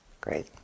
Great